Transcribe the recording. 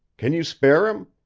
can you spare him?